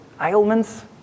ailments